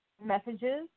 messages